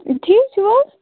ٹھیٖک چھُو حظ